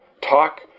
talk